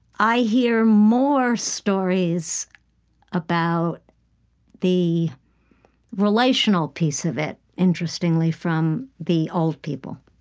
i hear more stories about the relational piece of it, interestingly, from the old people